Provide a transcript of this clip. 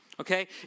Okay